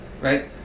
right